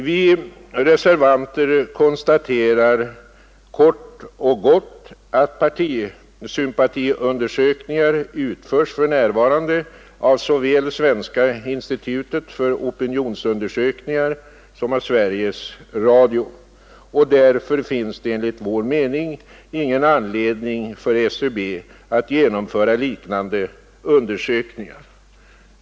Vi reservanter konstaterar kort och gott att partisympatiundersökningar för närvarande utföres av såväl Svenska institutet för opinionsundersökningar som Sveriges Radio. Därför finns det enligt vår mening ingen anledning för statistiska centralbyrån att genomföra liknande undersökningar.